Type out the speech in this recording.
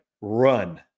run